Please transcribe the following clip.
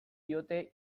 diote